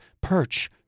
perch